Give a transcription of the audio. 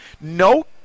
No